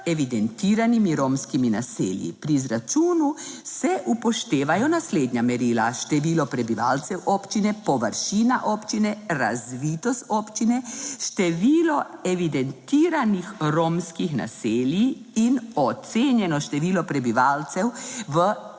evidentiranimi romskimi naselji. Pri izračunu se upoštevajo naslednja merila: število prebivalcev občine, površina občine, razvitost občine, število evidentiranih romskih naselij in ocenjeno število prebivalcev v